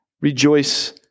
rejoice